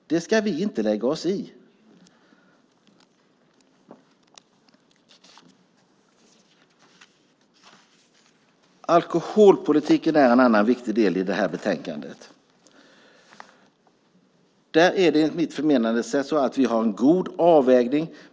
Det ska vi inte lägga oss i. Alkoholpolitiken är en annan viktig del i det här betänkandet. Enligt mitt förmenande har vi en god avvägning.